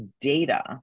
data